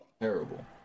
Terrible